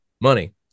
money